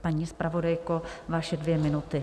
Paní zpravodajko, vaše dvě minuty.